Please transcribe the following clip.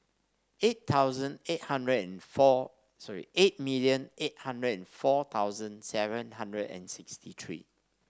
eight thousand eight hundred and four three eight million eight hundred and four thousand seven hundred and sixty three